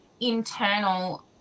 internal